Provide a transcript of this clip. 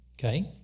Okay